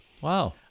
Wow